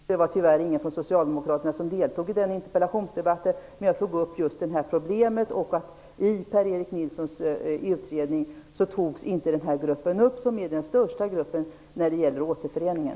Herr talman! Jag vill bara säga att vi har haft en interpellationsdebatt i ämnet. Det var tyvärr ingen från Socialdemokraterna som deltog i den interpellationsdebatten, men jag tog upp just detta problem. I Per-Erik Nilssons utredning togs inte denna grupp upp. Det är den största gruppen när det gäller Återföreningen.